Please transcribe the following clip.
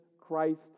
Christ